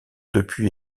depuis